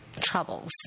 troubles